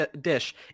dish